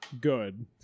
good